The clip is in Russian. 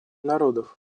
народов